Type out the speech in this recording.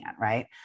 right